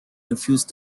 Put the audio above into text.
refused